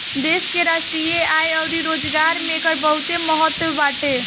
देश के राष्ट्रीय आय अउरी रोजगार में एकर बहुते महत्व बाटे